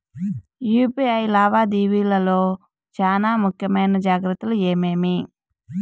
UPI లావాదేవీల లో చానా ముఖ్యమైన జాగ్రత్తలు ఏమేమి?